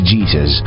Jesus